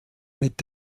mit